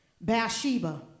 Bathsheba